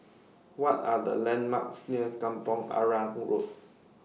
What Are The landmarks near Kampong Arang Road